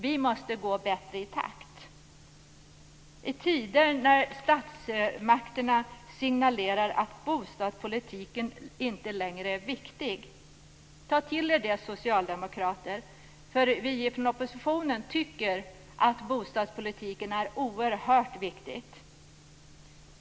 - Vi ska gå bättre i takt -." "I tider när statsmakterna signalerar att bostadspolitiken inte längre är viktig -." Ta till er av det, socialdemokrater. Vi i oppositionen tycker att bostadspolitiken är oerhört viktig.